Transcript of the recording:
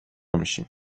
میشی